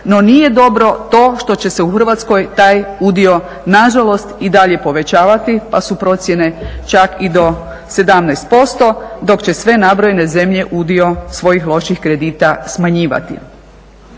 no nije dobro to što će se u Hrvatskoj taj udio nažalost i dalje povećavati pa su procijene čak i do 17%, dok će sve nabrojene zemlje udio svojih loših kredita smanjivati.